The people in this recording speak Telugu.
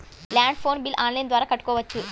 ల్యాండ్ ఫోన్ బిల్ ఆన్లైన్ ద్వారా కట్టుకోవచ్చు?